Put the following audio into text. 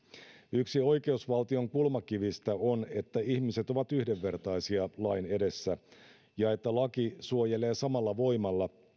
yksi oikeusvaltion kulmakivistä on että ihmiset ovat yhdenvertaisia lain edessä ja että laki suojelee samalla voimalla